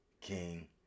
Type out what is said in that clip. king